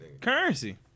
Currency